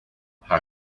how